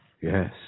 Yes